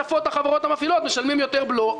בחוות הדעת שכתבה היועצת המשפטית של משרד החינוך,